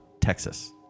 Texas